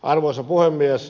arvoisa puhemies